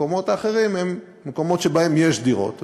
והמקומות האחרים הם מקומות שבהם יש דירות,